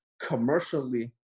commercially